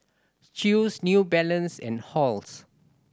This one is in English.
Chew's New Balance and Halls